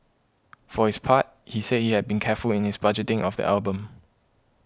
for his part he said he had been careful in his budgeting of the album